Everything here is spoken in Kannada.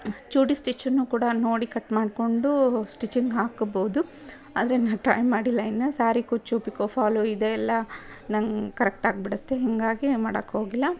ಚೂಡಿ ಸ್ಟಿಚ್ಚುನ್ನೂ ಕೂಡ ನೋಡಿ ಕಟ್ ಮಾಡ್ಕೊಂಡು ಸ್ಟಿಚಿಂಗ್ ಹಾಕ್ಕೋಬೌದು ಆದರೆ ನಾನು ಟ್ರೈ ಮಾಡಿಲ್ಲ ಇನ್ನು ಸಾರಿ ಕುಚ್ಚು ಪಿಕೋ ಫಾಲು ಇದೇ ಎಲ್ಲ ನಂಗೆ ಕರಕ್ಟಾಗಿ ಬಿಡುತ್ತೆ ಹೀಗಾಗಿ ಮಾಡಕ್ಕೆ ಹೋಗಿಲ್ಲ